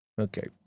Okay